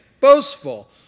boastful